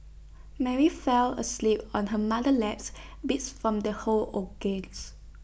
Mary fell asleep on her mother laps beats from the whole